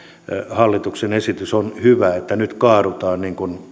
hallituksen esitys on hyvä että nyt kaadutaan